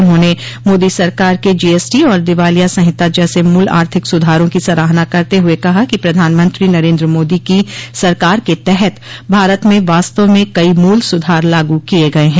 उन्होंने मोदी सरकार के जीएसटी और दिवालिया संहिता जैस मूल आर्थिक सुधारों की सराहना करते हुए कहा कि प्रधानमंत्री नरेन्द्र मोदी की सरकार के तहत भारत में वास्तव में कई मूल सुधार लागू किए गए हैं